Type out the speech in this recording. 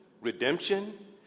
redemption